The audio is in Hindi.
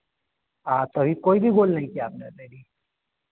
तो अभी कोई भी गोल नहीं किया आपने रेडी